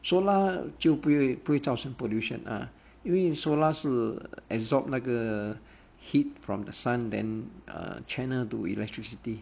solar 就不会不会造成 pollution uh 因为 solar 是 absorb 那个 heat from the sun then uh channel to electricity